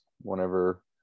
whenever